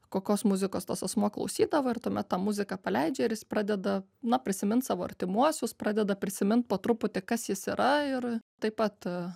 kokios muzikos tas asmuo klausydavo ir tuomet tą muziką paleidžia ir jis pradeda na prisimint savo artimuosius pradeda prisimint po truputį kas jis yra ir taip pat